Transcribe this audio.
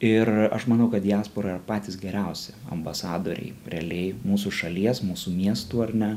ir aš manau kad diaspora yra patys geriausi ambasadoriai realiai mūsų šalies mūsų miestų ar ne